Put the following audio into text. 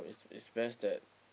is is best that